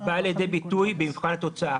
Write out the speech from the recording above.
באים לידי ביטוי במבחן התוצאה.